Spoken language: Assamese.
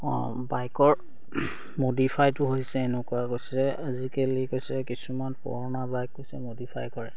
অঁ বাইকৰ মডিফাইটো হৈছে এনেকুৱা কৈছে আজিকালি কৈছে কিছুমান পুৰণা বাইক কৈছে মডিফাই কৰে